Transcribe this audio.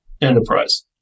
enterprise